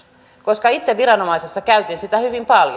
itse viranomaisena käytin sitä hyvin paljon